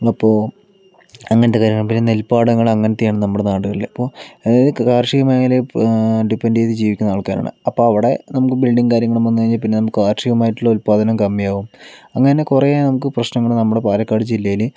അപ്പോൾ അങ്ങനത്തെ കാര്യങ്ങൾ പിന്നെ നെൽപ്പാടങ്ങൾ അങ്ങനത്തെയാണ് നമ്മുടെ നാടുകളില് ഇപ്പോൾ അതായത് കാർഷിക മേഖലയിൽ ഡിപ്പെൻഡ് ചെയ്ത ജീവിക്കുന്ന ആൾക്കാരാണ് അപ്പോൾ അവിടെ നമുക്ക് ബിൽഡിംഗും കാര്യങ്ങളും വന്ന് കഴിഞ്ഞാ കാർഷികമായിട്ടുള്ള ഉത്പാദനങ്ങൾ കമ്മിയാകും അങ്ങനെ കുറെ നമുക്ക് പ്രശ്നങ്ങൾ നമ്മുടെ പാലക്കാട് ജില്ലയിൽ